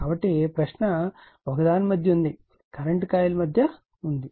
కాబట్టి ప్రశ్న ఒకదాని మధ్య ఉంది కరెంట్ కాయిల్ మధ్య ఉంది